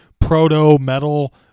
proto-metal